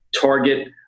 target